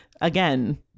again